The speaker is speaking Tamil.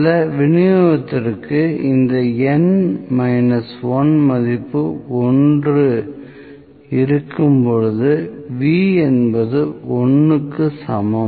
சில விநியோகத்திற்கு இந்த N 1 மதிப்பு ஒன்று இருக்கும்போது V என்பது 1 க்கு சமம்